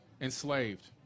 enslaved